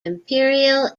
imperial